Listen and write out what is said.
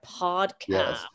podcast